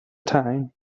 time